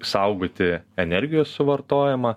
saugoti energijos suvartojimą